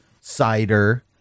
cider